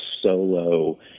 solo